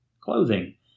clothing